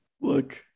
Look